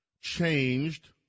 changed